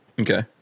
Okay